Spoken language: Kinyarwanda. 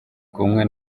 kumwe